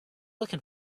looking